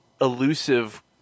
elusive